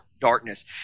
darkness